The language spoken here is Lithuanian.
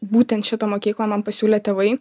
būtent šitą mokyklą man pasiūlė tėvai